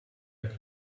are